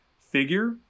figure